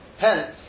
Hence